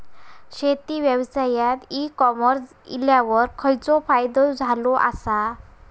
शेती व्यवसायात e commerce इल्यावर खयचो फायदो झालो आसा?